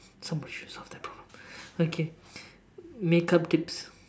some issues of the okay make up tips